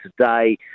today